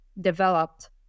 developed